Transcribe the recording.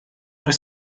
oes